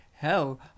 Hell